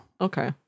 Okay